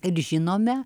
ir žinome